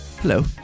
Hello